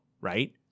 Right